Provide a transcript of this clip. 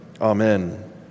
Amen